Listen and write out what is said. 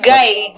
Guys